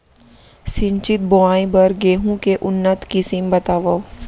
सिंचित बोआई बर गेहूँ के उन्नत किसिम बतावव?